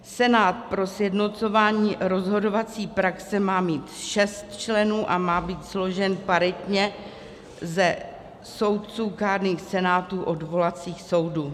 Senát pro sjednocování rozhodovací praxe má mít šest členů a má být složen paritně ze soudců kárných senátů odvolacích soudů.